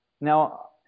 Now